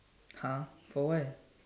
!huh! but why